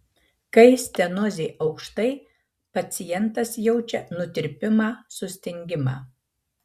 kai stenozė aukštai pacientas jaučia nutirpimą sustingimą